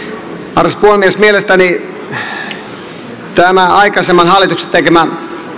arvoisa puhemies mielestäni aikaisemman hallituksen tekemä